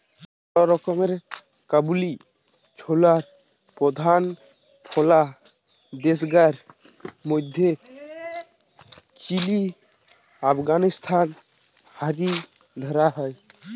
বড় রকমের কাবুলি ছোলার প্রধান ফলা দেশগার মধ্যে চিলি, আফগানিস্তান হারি ধরা হয়